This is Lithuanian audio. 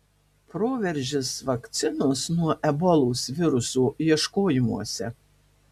proveržis vakcinos nuo ebolos viruso ieškojimuose